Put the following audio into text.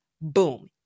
Boom